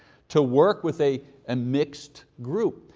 to work with a and mixed group.